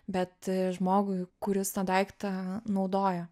bet žmogui kuris tą daiktą naudoja